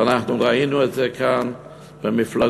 ואנחנו ראינו את זה כאן במפלגות,